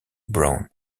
braun